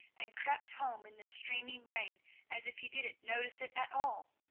and crept home in the streaming rain as if he didn't notice it at all.